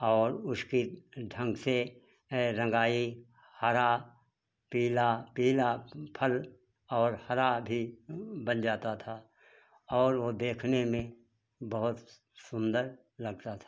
और उसके ढंग से रंगाई हरा पीला पीला फल और हरा भी बन जाता था और वो देखने में बहुत सुन्दर लगता था